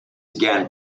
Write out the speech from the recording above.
again